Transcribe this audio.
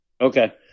Okay